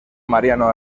mariano